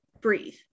breathe